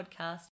podcast